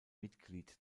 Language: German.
mitglied